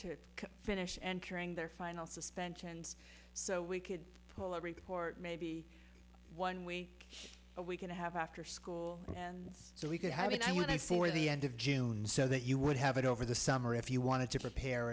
to finish entering their final suspensions so we could pull a report maybe one week a week and a half after school and so we could have it i would say for the end of june so that you would have it over the summer if you wanted to prepare